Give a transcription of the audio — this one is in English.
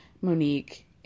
Monique